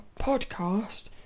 podcast